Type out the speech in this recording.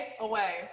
away